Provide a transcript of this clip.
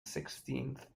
sixteenth